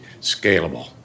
scalable